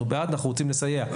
אנחנו בעד ואנחנו רוצים לסייע.